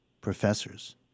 professors